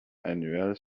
annuels